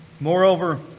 Moreover